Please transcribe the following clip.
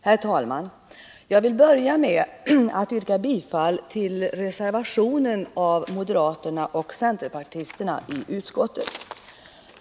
Herr talman! Jag vill börja med att yrka bifall till reservationen av moderaterna och centerpartisterna i utskottet.